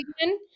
again